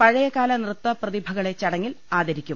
പഴയകാല നൃത്ത പ്രതിഭകളെ ചടങ്ങിൽ ആദരിക്കും